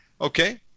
okay